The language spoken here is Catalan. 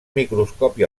microscopi